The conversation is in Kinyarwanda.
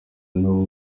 n’abo